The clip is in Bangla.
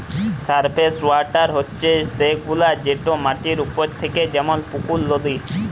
সারফেস ওয়াটার হছে সেগুলা যেট মাটির উপরে থ্যাকে যেমল পুকুর, লদী